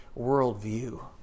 worldview